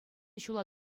ҫула